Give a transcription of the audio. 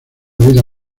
vida